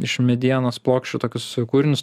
iš medienos plokščių tokius kūrinius